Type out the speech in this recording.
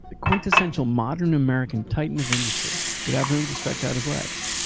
the quintessential modern american titan of industry would have room to stretch out his legs.